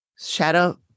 shadow